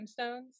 gemstones